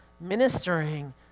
ministering